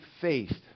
faith